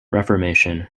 reformation